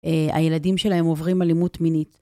הילדים שלהם עוברים אלימות מינית.